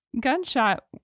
gunshot